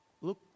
Look